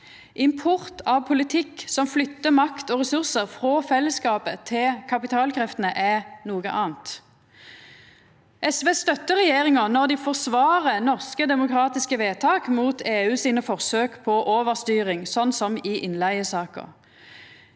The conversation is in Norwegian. import av politikk som flyttar makt og ressursar frå fellesskapen til kapitalkreftene, er noko anna. SV støttar regjeringa når ho forsvarer norske, demokratiske vedtak mot EUs forsøk på overstyring, som i innleigesaka.